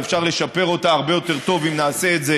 ואפשר לשפר אותה הרבה יותר טוב אם נעשה את זה